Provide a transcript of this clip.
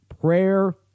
prayer